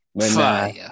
Fire